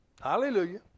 Hallelujah